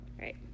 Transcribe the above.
Right